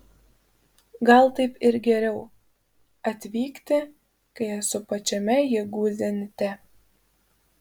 gal taip ir geriau atvykti kai esu pačiame jėgų zenite